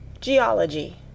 Geology